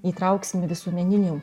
įtrauksim visuomeninių